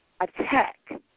attack